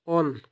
on